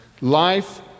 life